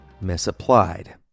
misapplied